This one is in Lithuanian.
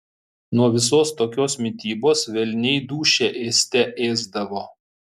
nuo visos tokios mitybos velniai dūšią ėste ėsdavo